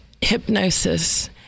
hypnosis